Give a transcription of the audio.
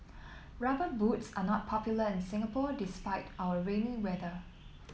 rubber boots are not popular in Singapore despite our rainy weather